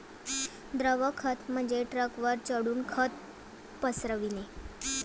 द्रव खत म्हणजे ट्रकवर चढून खत पसरविणे